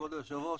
כבוד היושב ראש,